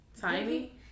Tiny